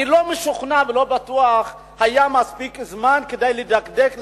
אני לא משוכנע ולא בטוח שהיה מספיק זמן כדי לדקדק,